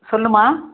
சொல்லும்மா